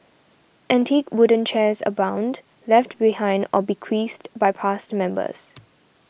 antique wooden chairs abound left behind or bequeathed by past members